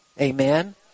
Amen